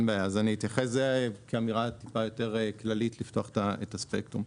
אני אתייחס לזה כאמירה טיפה יותר כללית לפתח את הספקטרום.